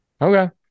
okay